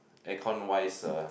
aircon wise uh